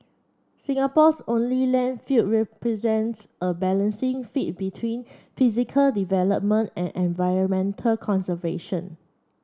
Singapore's only landfill represents a balancing feat between physical development and environmental conservation